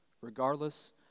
regardless